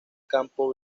campo